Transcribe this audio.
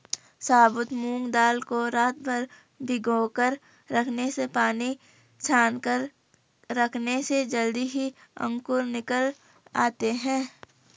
साबुत मूंग दाल को रातभर भिगोकर रखने से पानी छानकर रखने से जल्दी ही अंकुर निकल आते है